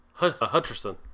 hutcherson